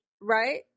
Right